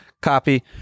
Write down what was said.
Copy